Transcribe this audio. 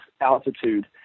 altitude